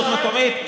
הרשות המקומית?